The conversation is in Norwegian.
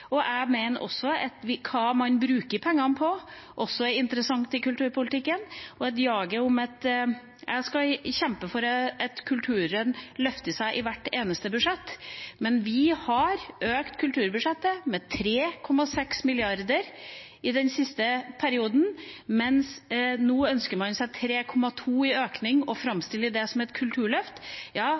og jeg mener at hva vi bruker pengene til, også er interessant i kulturpolitikken. Jeg skal kjempe for at kulturen løfter seg i hvert eneste budsjett. Vi har økt kulturbudsjettet med 3,6 mrd. kr i den siste perioden, mens man nå ønsker seg 3,2 mrd. kr i økning og framstiller det som et kulturløft.